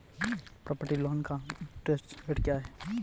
Property loan का interest rate क्या है?